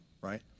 right